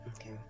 Okay